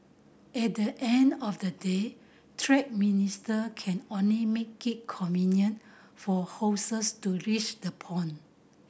at the end of the day trade minister can only make it convenient for horses to reach the pond